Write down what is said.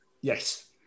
yes